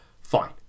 Fine